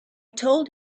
told